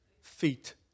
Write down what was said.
feet